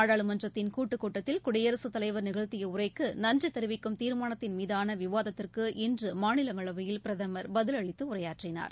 நாடாளுமன்றத்தின் கூட்டுக்கூட்டத்தில் குடியரசுத் தலைவா் நிகழ்த்திய உரைக்கு நன்றி தெரிவிக்கும் தீர்மானத்தின் மீதான விவாதத்திற்கு இன்று மாநிலங்களவையில் பிரதமர் பதிலளித்து உரையாற்றினார்